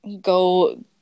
go